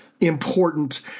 important